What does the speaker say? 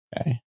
Okay